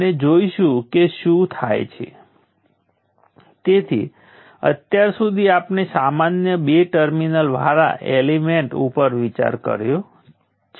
અને સમય જતાં તેમાં થોડો ફેરફાર I વિરુદ્ધ t છે